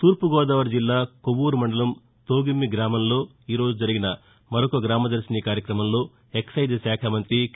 తూర్పుగోదావరి జిల్లా కొవ్వూరు మండలం తోగుమ్మి గ్రామంలో ఈరోజు జరిగిన మరొక గ్రామదర్శిని కార్యక్రమంలో ఎక్పైజ్ శాఖ మంతి కె